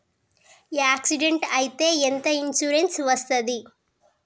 Accident అయితే ఎంత insurance వస్తది?